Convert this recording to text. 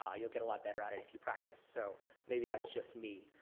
ah you'll get a lot better at it if you practice. so maybe that's just me.